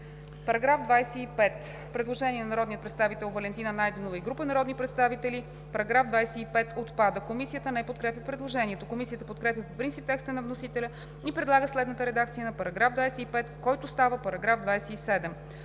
По § 25 има предложение на народния представител Валентина Найденова и група народни представители –§ 25 отпада. Комисията не подкрепя предложението. Комисията подкрепя по принцип текста на вносителя и предлага следната редакция на § 25, който става § 27: „§ 27.